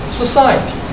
society